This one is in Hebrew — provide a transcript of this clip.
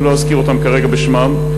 לא אזכיר אותם כרגע בשמם,